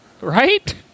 right